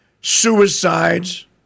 suicides